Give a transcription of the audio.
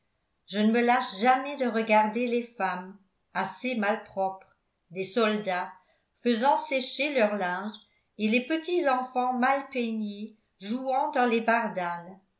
je ne me lasse jamais de regarder les femmes assez malpropres des soldats faisant sécher leur linge et les petits enfants mal peignés jouant dans les bardanes